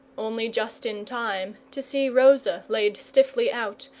only just in time to see rosa laid stiffly out,